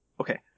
okay